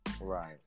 right